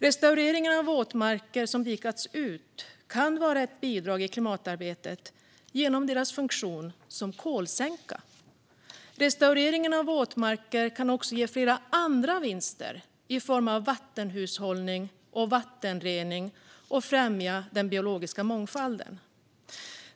Restaureringen av våtmarker som dikats ut kan vara ett bidrag i klimatarbetet genom deras funktion som kolsänka. Restaureringen av våtmarker kan också ge flera andra vinster i form av vattenhushållning och vattenrening och främja den biologiska mångfalden.